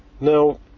Now